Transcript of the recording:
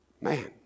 man